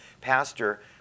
pastor